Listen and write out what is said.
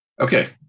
Okay